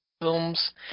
films